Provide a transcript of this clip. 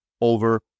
over